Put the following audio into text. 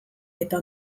eta